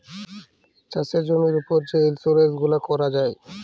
চাষের জমির উপর যে ইলসুরেলস গুলা ক্যরা যায়